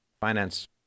finance